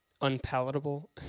unpalatable